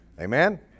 Amen